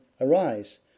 Arise